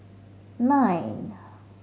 nine